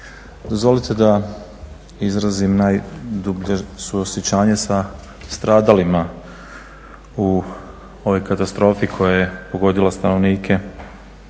Dozvolite da izrazim najdublje suosjećanje sa stradalima u ovoj katastrofi koja je pogodila stanovnike